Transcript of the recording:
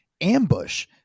ambush